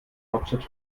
hauptstadt